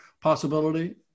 possibility